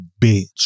bitch